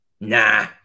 Nah